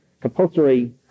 compulsory